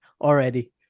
already